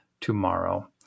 tomorrow